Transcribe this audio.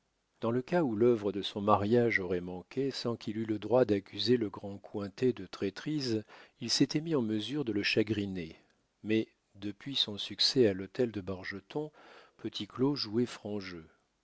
dans le cas où l'œuvre de son mariage aurait manqué sans qu'il eût le droit d'accuser le grand cointet de traîtrise il s'était mis en mesure de le chagriner mais depuis son succès à l'hôtel de bargeton petit claud jouait franc